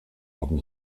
haben